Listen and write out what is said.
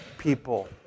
people